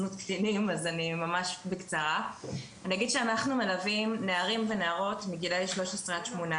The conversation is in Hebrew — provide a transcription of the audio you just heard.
אני אגיד שאנחנו מלווים נערים ונערות מגילאי 13 עד 18,